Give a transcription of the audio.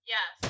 Yes